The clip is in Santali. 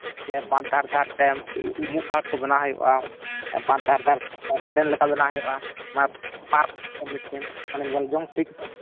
ᱡᱮ ᱵᱟᱸᱫᱷ ᱫᱷᱟᱨᱮᱼᱫᱷᱟᱨᱮᱛᱮ ᱩᱢᱩᱜ ᱜᱷᱟᱴᱠᱚ ᱵᱮᱱᱟᱣ ᱦᱩᱭᱩᱜᱼᱟ ᱵᱟᱸᱫᱷ ᱫᱷᱟᱨᱮᱼᱫᱷᱟᱨᱮᱛᱮ ᱜᱟᱨᱰᱮᱱ ᱞᱮᱠᱟ ᱵᱮᱱᱟᱣ ᱦᱩᱭᱩᱜᱼᱟ ᱚᱱᱟ ᱯᱟᱨᱠ ᱢᱤᱫᱴᱮᱱ ᱢᱟᱱᱮ ᱧᱮᱞᱡᱚᱝ ᱴᱷᱤᱠ